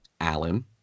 Alan